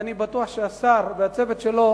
ואני בטוח שהשר והצוות שלו,